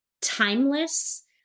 timeless